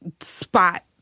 spot